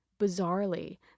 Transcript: Bizarrely